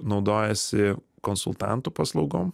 naudojasi konsultantų paslaugom